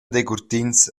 decurtins